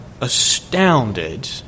astounded